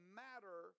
matter